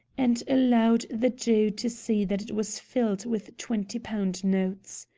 and allowed the jew to see that it was filled with twenty-pound notes.